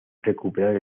recuperar